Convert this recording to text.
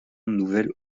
nouvelle